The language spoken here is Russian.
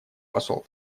посол